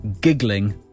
giggling